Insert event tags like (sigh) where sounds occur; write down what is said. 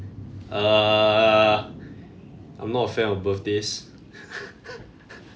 uh I'm not a fan of birthdays (laughs)